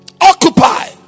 occupy